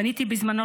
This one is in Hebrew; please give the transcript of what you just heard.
פניתי בזמנו,